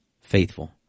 faithful